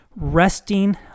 resting